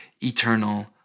eternal